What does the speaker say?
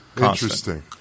interesting